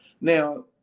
Now